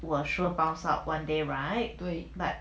对 but